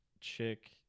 chick